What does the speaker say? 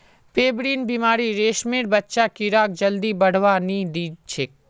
pebrine बीमारी रेशमेर बच्चा कीड़ाक जल्दी बढ़वा नी दिछेक